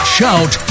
Shout